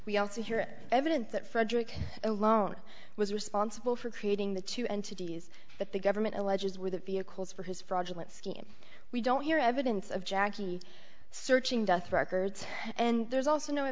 we also hear evidence that frederick alone was responsible for creating the two entities that the government alleges were the vehicles for his fraudulent scheme we don't hear evidence of jackie searching death records and there's also no